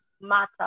matter